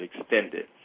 extended